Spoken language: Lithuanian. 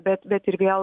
bet bet ir vėl